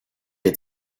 had